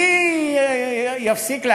מי יפסיק לעשן?